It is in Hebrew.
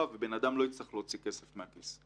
ובן אדם לא יצטרך להוציא כסף מהכיס.